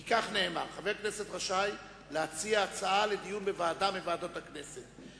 כי כך נאמר: "חבר כנסת רשאי להציע הצעה לדיון בוועדה מוועדות הכנסת.